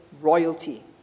royalty